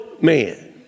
man